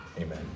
Amen